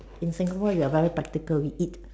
in Singapore we are very practical we eat